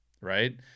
right